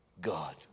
God